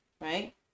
right